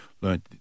learned